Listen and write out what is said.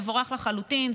מבורך לחלוטין,